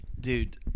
Dude